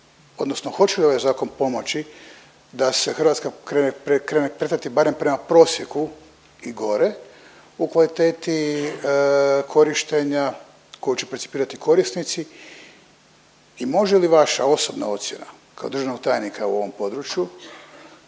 odnosno hoće li ovaj zakon pomoći da se Hrvatska krene kretati barem prema prosjeku i gore u kvaliteti korištenja koju će percipirati korisnici. I može li vaša osobna ocjena kao državnog tajnika u ovom području